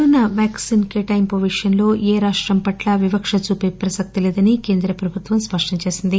corona vaccine కేటాయింపు విషయంలో ఏ రాష్టం పట్లా వివక్ష చూపే ప్రసక్తి లేదని కేంద్ర ప్రభుత్వం స్పష్టం చేసింది